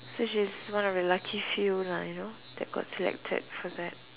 so she's one of the lucky few lah you know that got selected for that